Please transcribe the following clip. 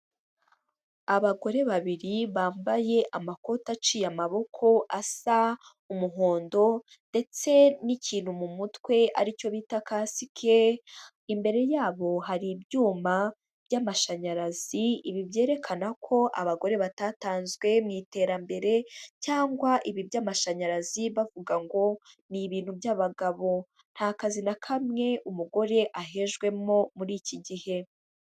Abagore babiri bambaye amakoti aciye amaboko asa umuhondo ndetse n'ikintu mu mutwe aricyo bita kasike, imbere yabo hari ibyuma by'amashanyarazi, ibi byerekana ko abagore batatanzwe mu iterambere cyangwa ibi by'amashanyarazi bavuga ngo ni ibintu by'abagabo, nta kazi na kamwe umugore ahejwemo muri iki gihe.